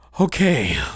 okay